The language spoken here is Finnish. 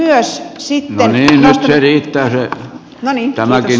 nyt se riittää tämäkin